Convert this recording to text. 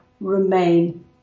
remain